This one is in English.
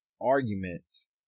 arguments